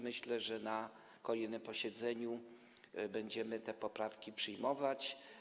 Myślę, że na kolejnym posiedzeniu będziemy te poprawki przyjmować.